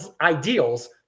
ideals